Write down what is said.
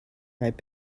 right